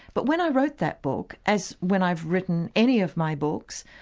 but when i wrote that book as when i've written any of my books,